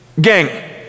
Gang